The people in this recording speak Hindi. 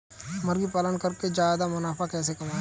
मुर्गी पालन करके ज्यादा मुनाफा कैसे कमाएँ?